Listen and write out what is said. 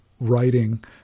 writing